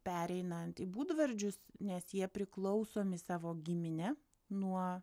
pereinant į būdvardžius nes jie priklausomi savo gimine nuo